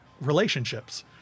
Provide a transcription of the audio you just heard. relationships